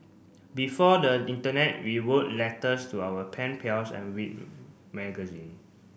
before the internet we wrote letters to our pen pals and read magazine